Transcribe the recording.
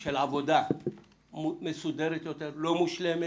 של עבודה מסודרת יותר, אבל היא לא מושלמת.